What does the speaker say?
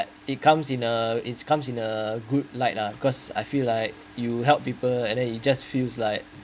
it comes in a it's comes in a good light lah cause I feel like you help people and then you just feels like